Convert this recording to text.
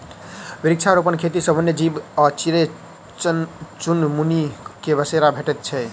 वृक्षारोपण खेती सॅ वन्य जीव आ चिड़ै चुनमुनी के बसेरा भेटैत छै